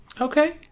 Okay